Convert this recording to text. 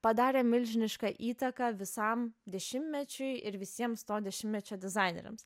padarė milžinišką įtaką visam dešimtmečiui ir visiems to dešimtmečio dizaineriams